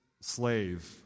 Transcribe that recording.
slave